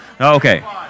Okay